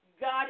God